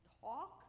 talk